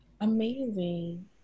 amazing